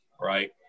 Right